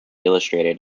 illustrated